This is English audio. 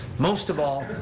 most of all,